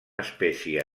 espècie